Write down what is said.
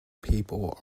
people